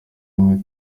imwe